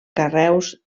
carreus